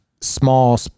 small